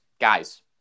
Guys